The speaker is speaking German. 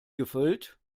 gefüllt